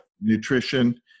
nutrition